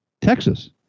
Texas